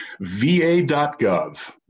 va.gov